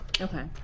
Okay